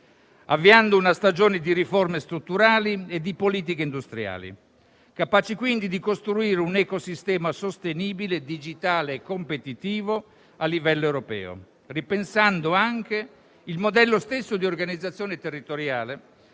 avviando una stagione di riforme strutturali e di politiche industriali, capaci quindi di costruire un ecosistema sostenibile, digitale e competitivo a livello europeo, ripensando anche il modello stesso di organizzazione territoriale